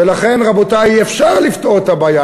ולכן, רבותי, אפשר לפתור את הבעיה.